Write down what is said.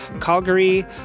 Calgary